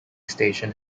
station